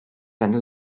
and